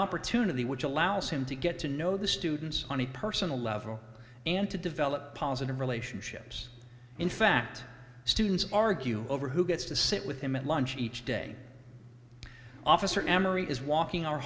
opportunity which allows him to get to know the students on a personal level and to develop positive relationships in fact students argue over who gets to sit with him at lunch each day officer emery is walking our